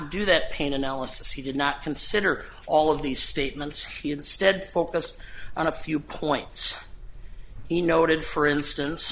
do that pain analysis he did not consider all of these statements he instead focused on a few points he noted for instance